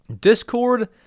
Discord